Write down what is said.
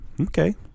Okay